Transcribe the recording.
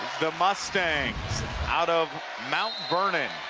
the mustangs out of mount vernon.